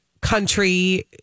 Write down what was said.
country